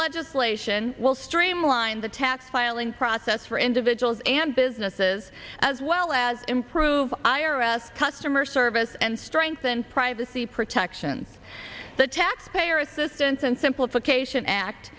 legislation will streamline the tax filing process for individuals and businesses as well as improve i r s customer service and strengthen privacy protection the taxpayer assistance and well if occasion act